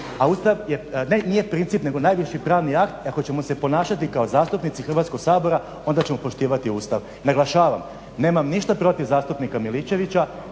a Ustav nije princip nego najviši pravni akt i ako ćemo se ponašati kao zastupnici Hrvatskog sabora onda ćemo poštivati Ustav. Naglašavam, nemam ništa protiv zastupnika Miličevića,